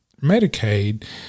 Medicaid